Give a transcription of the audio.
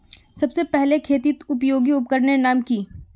सबसे पहले खेतीत उपयोगी उपकरनेर नाम की?